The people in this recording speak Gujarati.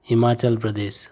હિમાચલ પ્રદેશ